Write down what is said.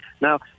Now